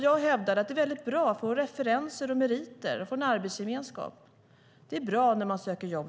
Jag hävdade att det är bra att få referenser och meriter och en arbetsgemenskap. Det är bra när man söker jobb.